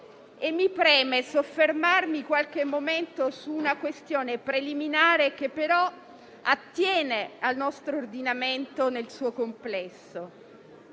Mi preme soffermarmi qualche momento su una questione preliminare, che però attiene al nostro ordinamento nel suo complesso